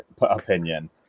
opinion